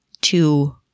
two